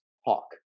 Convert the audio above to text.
hawk